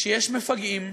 שיש מפגעים,